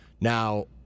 Now